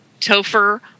Topher